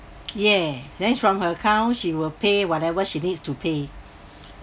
yeah then from her account she will pay whatever she needs to pay